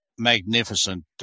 Magnificent